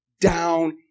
down